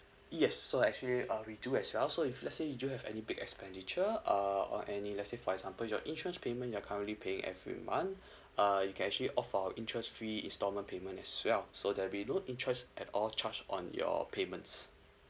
yes so actually um we do as well so if let's say you have any big expenditure err or any let's say for example your insurance payment you're currently paying every month uh you can actually opt for our interest free instalment payment as well so that will be no interest at all charge on your payments